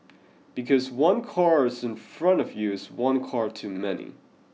because one car is in front of you is one car too many